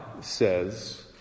says